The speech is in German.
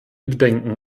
bedenken